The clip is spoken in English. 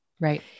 Right